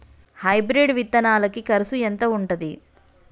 Hybrid విత్తనాలకి కరుసు ఎంత ఉంటది?